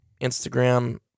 Instagram